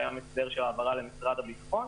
קיים הסדר של העברה למשרד הביטחון,